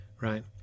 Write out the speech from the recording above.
right